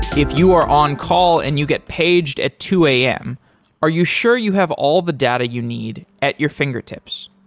if you are on call and you get paged at two a m, are you sure you have all the data you need at your fingertips?